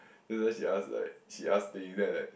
then sometimes she ask like she ask things then I like